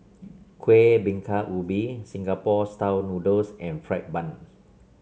Kueh Bingka Ubi Singapore style noodles and fried bun